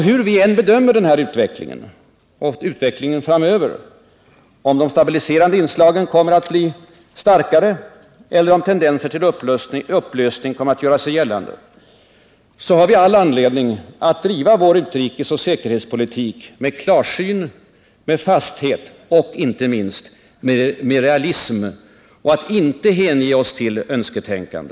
Hur vi än bedömer den framtida utvecklingen — om de stabiliserande inslagen kommer att bli starkare eller om tendenser till upplösning kommer att göra sig gällande — har vi all anledning att driva vår utrikesoch säkerhetspolitik med klarsyn, fasthet och, inte minst, med realism samt att inte hänge oss åt önsketänkande.